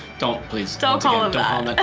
don't please. don't call him